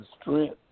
strength